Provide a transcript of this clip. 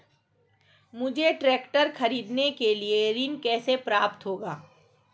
मुझे ट्रैक्टर खरीदने के लिए ऋण कैसे प्राप्त होगा?